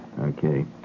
Okay